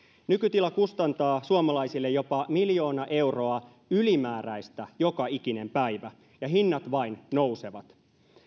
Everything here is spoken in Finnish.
nykytila kustantaa suomalaisille jopa miljoona euroa ylimääräistä joka ikinen päivä ja hinnat vain nousevat